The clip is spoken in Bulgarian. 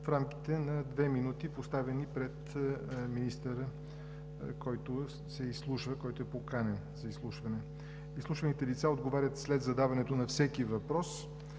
в рамките на две минути, поставени пред министъра, който е поканен за изслушване. Изслушваните лица отговарят след задаването на всеки въпрос.